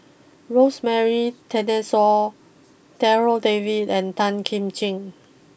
Rosemary Darryl David and Tan Kim Ching